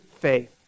faith